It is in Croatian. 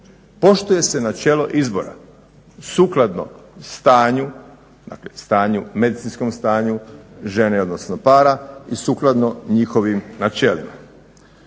Poštuje se načelo izbora. Sukladno stanju dakle medicinskom stanju žene odnosno para i sukladno njihovim načelima.